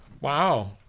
Wow